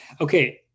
Okay